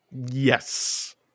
Yes